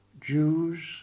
Jews